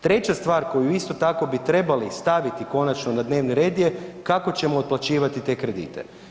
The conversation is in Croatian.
Treća stvar koju isto tako bi trebali staviti konačno na dnevni red je kako ćemo otplaćivati te kredite.